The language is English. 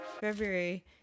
February